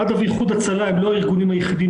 מד"א ואיחוד הצלה הם לא הארגונים היחידים